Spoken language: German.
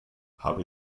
habe